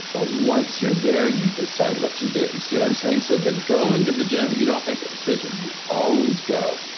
but once you're there you decide what you do. you see what i'm saying? so the going to the gym, you don't make a decision, you always go,